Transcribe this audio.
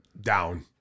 Down